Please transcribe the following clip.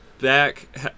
back